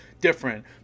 different